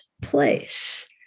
place